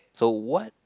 so what